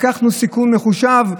לקחנו סיכון מחושב,